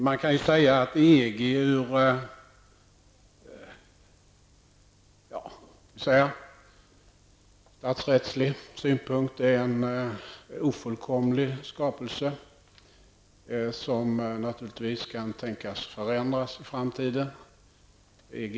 Man kan säga att EG från statsrättslig synpunkt är en ofullkomlig skapelse som naturligtvis kan tänkas bli ändrad i framtiden.